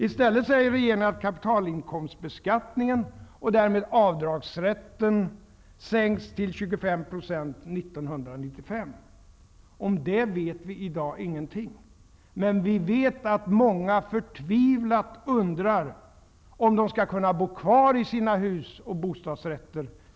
I stället säger regeringen att kapitalinkomstbeskattningen, och därmed avdragsrätten, sänks till 25 96 år 1995. Vi vet ingenting om det i dag, men vi vet att många förtvivlat undrar om de om ett år skall kunna bo kvar i sina hus och bostadsrätter.